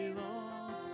long